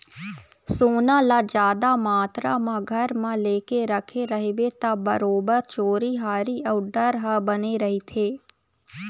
सोना ल जादा मातरा म घर म लेके रखे रहिबे ता बरोबर चोरी हारी अउ डर ह बने रहिथे